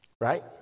right